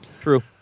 True